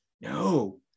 no